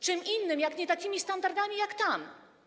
Czym innym jak nie takimi standardami jak tam?